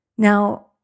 Now